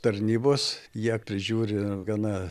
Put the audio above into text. tarnybos jie prižiūri gana